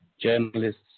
Journalists